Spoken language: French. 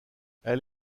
elle